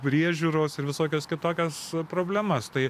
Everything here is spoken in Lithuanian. priežiūros ir visokias kitokias problemas tai